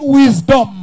wisdom